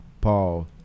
paul